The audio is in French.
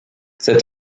cet